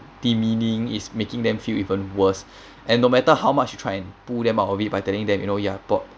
demeaning is making them feel even worse and no matter how much you try and pull them out of it by telling them you know ya